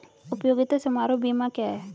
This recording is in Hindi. उपयोगिता समारोह बीमा क्या है?